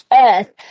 earth